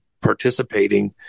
participating